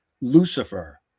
Lucifer